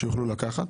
שיוכלו לקחת.